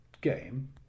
game